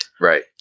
Right